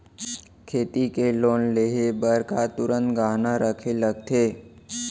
खेती के लोन लेहे बर का तुरंत गहना रखे लगथे?